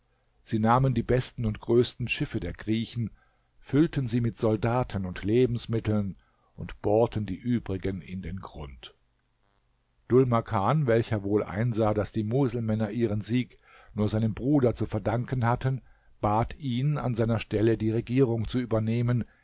sie nahmen die besten und größten schiffe der griechen füllten sie mit soldaten und lebensmitteln und bohrten die übrigen in den grund dhul makan welcher wohl einsah daß die muselmänner ihren sieg nur seinem bruder zu verdanken hatten bat ihn an seiner stelle die regierung zu übernehmen